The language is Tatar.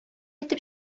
итеп